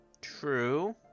True